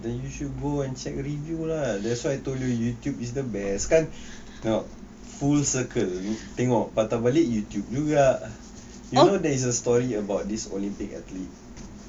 then you should go and check review lah that's why I told you youtube is the best kan tengok full circle tengok patah balik youtube juga you know there is a story about this olympic athlete